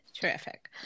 Terrific